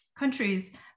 countries